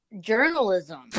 Journalism